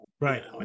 Right